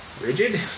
Rigid